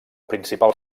principal